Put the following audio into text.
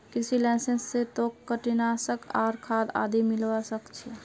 कृषि लाइसेंस स तोक कीटनाशक आर खाद आदि मिलवा सख छोक